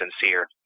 sincere